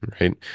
right